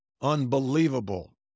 unbelievable